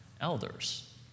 elders